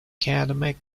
academic